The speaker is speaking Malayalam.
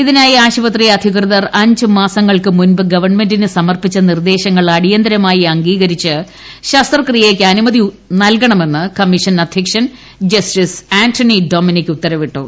ഇതിനായി ആശുപത്രി അധികൃതർ അഞ്ച് മാസങ്ങൾക്ക് മുമ്പ് ഗവണ്മെന്റിന് സമർപ്പിച്ച നിർദ്ദേശങ്ങൾ അടിയന്തിരമായി അംഗീകരിച്ച് ശസ്ത്രക്രിയക്ക് അനുമതി നൽകണ മെന്ന് കമ്മീഷൻ അധ്യക്ഷൻ ജസ്റ്റിസ് ആന്റണി ഡൊമിനിക്ക് ഉത്തരവിട്ടു